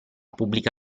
pubblica